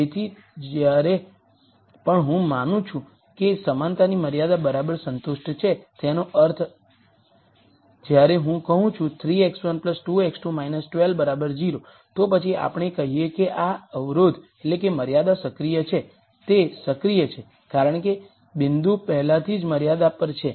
તેથી જ્યારે પણ હું માનું છું કે સમાનતાની મર્યાદા બરાબર સંતુષ્ટ છે તેનો અર્થ જ્યારે હું કહું છું 3 x1 2 x2 12 0 તો પછી આપણે કહીએ કે આ અવરોધ સક્રિય છે તે સક્રિય છે કારણ કે બિંદુ પહેલાથી જ મર્યાદા પર છે